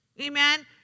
Amen